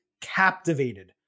captivated